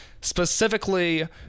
specifically